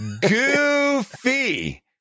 goofy